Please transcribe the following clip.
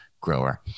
grower